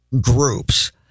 groups